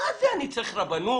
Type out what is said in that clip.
מה זה אני צריך רבנות,